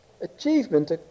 achievement